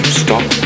stop